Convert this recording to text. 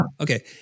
Okay